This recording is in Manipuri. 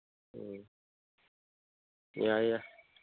ꯎꯝ ꯌꯥꯏ ꯌꯥꯏ